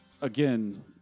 again